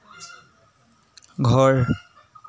ঘৰ